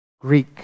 Greek